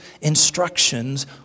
instructions